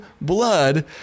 blood